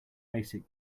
basic